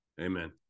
Amen